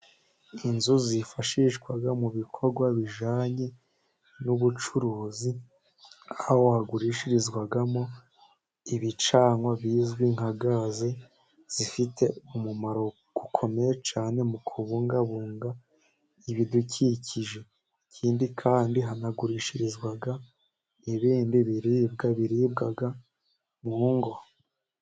Inzu zifashishwa mu bikorwa bijyanye n'ubucuruzi, aho hagurishirizwamo ibicanwa bizwi nka gazi, zifite umumaro ukomeye cyane mu kubungabunga ibidukikije, ikindi kandi hanagurishirizwa ibindi biribwa biribwa mu ngo.